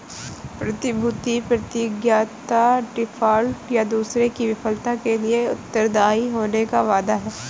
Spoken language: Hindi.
प्रतिभूति प्रतिज्ञापत्र डिफ़ॉल्ट, या दूसरे की विफलता के लिए उत्तरदायी होने का वादा है